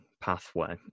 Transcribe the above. pathway